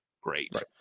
great